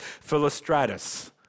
Philostratus